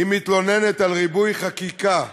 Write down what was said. מתלוננת על ריבוי חקיקה,